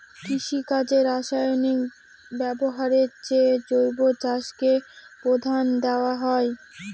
কৃষিকাজে রাসায়নিক ব্যবহারের চেয়ে জৈব চাষকে প্রাধান্য দেওয়া হয়